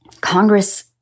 Congress